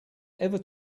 ever